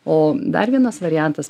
o dar vienas variantas